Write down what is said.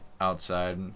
outside